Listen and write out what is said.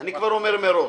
אני כבר אומר מראש,